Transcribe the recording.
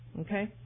Okay